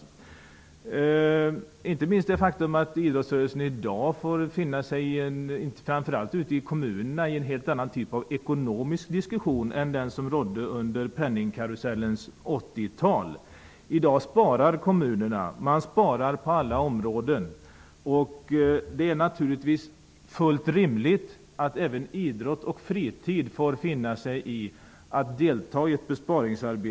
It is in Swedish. Det gäller inte minst det faktum att idrottsrörelsen i dag får finna sig i att framför allt kommunerna befinner sig i en helt annan ekonomisk situation än den som rådde under penningkarusellens 80-tal. I dag sparar kommunerna på alla områden. Det är naturligtvis fullt rimligt att även idrotts och fritidsverksamheten får finna sig i att delta i ett besparingsarbete.